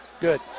Good